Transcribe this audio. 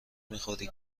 میخوری